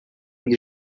ele